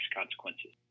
consequences